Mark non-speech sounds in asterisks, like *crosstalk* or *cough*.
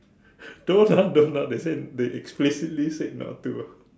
*laughs* don't ah don't ah they said they explicitly said not to ah